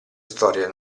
storia